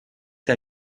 t’a